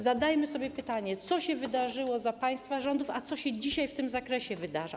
Zadajmy sobie pytanie: Co się wydarzyło za państwa rządów, a co się dzisiaj w tym zakresie wydarza?